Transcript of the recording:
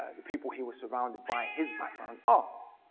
the people he was surrounded by, his background, ah